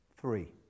Three